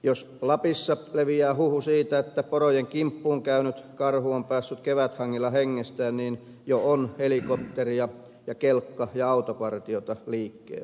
jos lapissa leviää huhu siitä että porojen kimppuun käynyt karhu on päässyt keväthangilla hengestään niin jo on helikopteria ja kelkka ja autopartiota liikkeellä